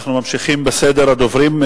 אנחנו ממשיכים בסדר הדוברים.